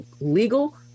legal